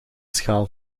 schaal